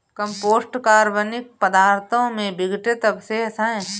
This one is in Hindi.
कम्पोस्ट कार्बनिक पदार्थों के विघटित अवशेष हैं